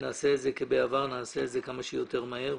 נעשה זאת, כמו בעבר, כמה שיותר מהר.